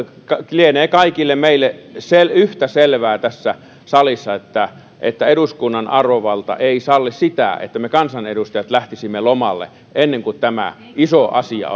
lienee kaikille meille yhtä selvää tässä salissa että että eduskunnan arvovalta ei salli sitä että me kansanedustajat lähtisimme lomalle ennen kuin tämä iso asia